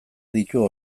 ditu